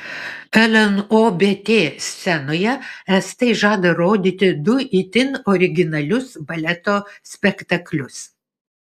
lnobt scenoje estai žada rodyti du itin originalius baleto spektaklius